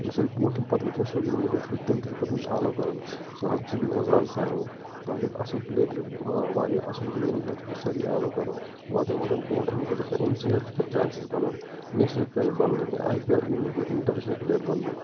مِثال برُونٛٹھ یِم پتہٕ وچھان سوشَل میٖڈِیا تھرو تِم تہِ چھِ پَتہٕ أمِس آلو کران ژٕ حظ ژٕ گِنٛد حظ اَز سانہِ ژٕ حظ چھُکھ اَصٕل پٕلیر واریاہ اَصٕل گیٚونٛد أمِس حظ چھِ پَتہٕ سٲرِی آلو کران واتان واتان بُونٛٹھ أمس چھِ أمسٕے حظ چھِ پَتہٕ چانٛسِز بنان نیشنَل پٕلیر بَننٕکۍ آیۍ پِی ایٚل گِنٛدنٕکۍ اِنٹَرنیشنَل پٕلیر بننُک